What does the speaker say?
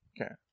Okay